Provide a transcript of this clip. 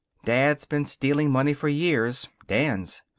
dad's been stealing money for years. dan's.